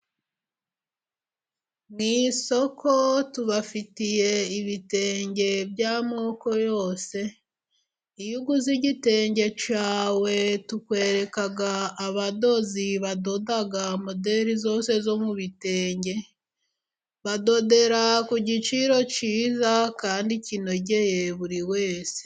Mu isoko tubafitiye ibitenge by'amoko yose, iyo uguze igitenge cyawe tukwereka abadozi badoda moderi zose zo mu bitenge, badodera ku giciro cyiza kandi kinogeye buri wese.